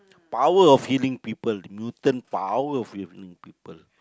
power of healing people the mutant power of healing people